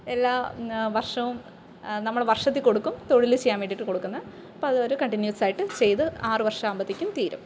എല്ലാ വർഷവും നമ്മൾ വർഷത്തിൽ കൊടുക്കും തൊഴിൽ ചെയ്യാൻ വേണ്ടിയിട്ട് കൊടുക്കുന്നത് അപ്പോൾ അത് ഒരു കണ്ടിന്യൂഎസ്സ് ആയിട്ട് ചെയ്തു ആറ് വർഷാവുമ്പോഴത്തേക്ക് തീരും